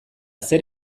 zer